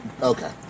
Okay